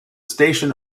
station